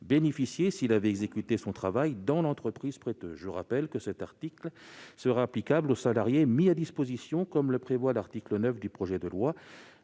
bénéficié s'il avait exécuté son travail dans l'entreprise prêteuse. » Je rappelle que cet article sera applicable aux salariés mis à disposition, comme le prévoit l'article 9 du présent projet de loi.